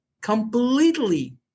completely